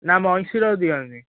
ନା ମଇଁଷିର ଦିଅନ୍ତି